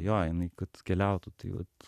jo jinai kad keliautų taip vat